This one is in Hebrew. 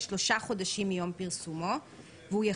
שלושה חודשים מיום פרסומו של חוק זה (להלן יום התחילה),